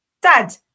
Dad